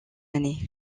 année